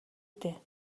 дээ